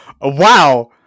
Wow